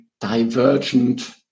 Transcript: divergent